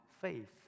faith